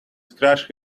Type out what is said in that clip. scratched